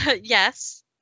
Yes